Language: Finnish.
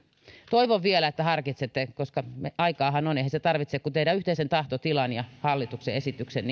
toivon vielä että harkitsette koska aikaahan on eihän se vaadi kuin teidän yhteisen tahtotilan ja hallituksen esityksen